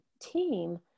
team